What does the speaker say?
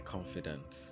confidence